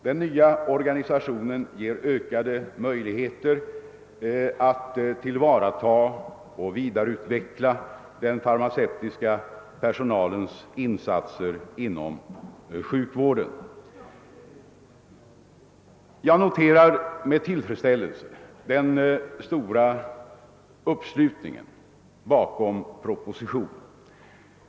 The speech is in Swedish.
Den nya organisationen ger ökade möjligheter att tillvarata och vidareutveckla den farmaceutiska personalens insatser inom sjukvården. | Jag noterar med tillfredsställelse den stora uppslutningen bakom propositio nen.